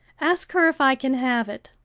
ask her if i can have it.